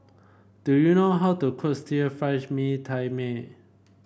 do you know how to cook still Fry Mee Tai Mak